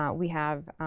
um we have